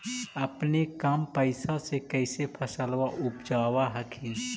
अपने कम पैसा से कैसे फसलबा उपजाब हखिन?